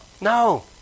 No